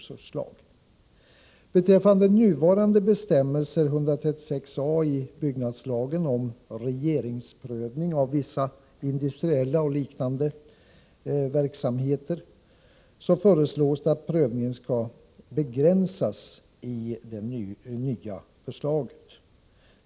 Beträffande nuvarande bestämmelser i 136a§ byggnadslagen om regeringsprövning av vissa industriella och liknande verksamheter föreslås i det nya förslaget att prövningen skall begränsas.